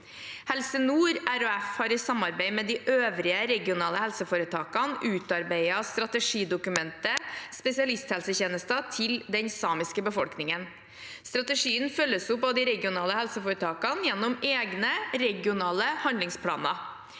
Helse nord RHF har i samarbeid med de øvrige regionale helseforetakene utarbeidet strategidokumentet Spesialisthelsetjenester til den samiske befolkningen. Strategien følges opp av de regionale helseforetakene gjennom egne regionale handlingsplaner.